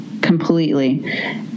completely